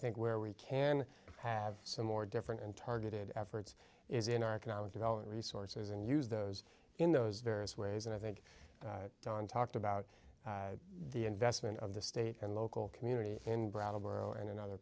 think where we can have some more different and targeted efforts is in our economic development resources and use those in those various ways and i think don talked about the investment of the state and local communities in brattleboro and in other